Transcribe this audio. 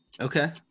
Okay